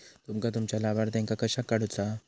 तुमका तुमच्या लाभार्थ्यांका कशाक काढुचा हा?